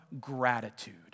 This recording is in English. Gratitude